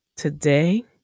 Today